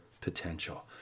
potential